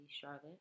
Charlotte